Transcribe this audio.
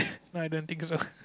no I don't think so